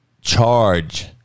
charge